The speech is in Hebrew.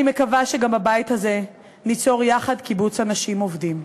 אני מקווה שגם בבית הזה ניצור יחד קיבוץ אנשים עובדים.